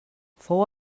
fou